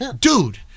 dude